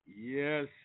Yes